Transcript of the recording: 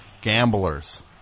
gamblers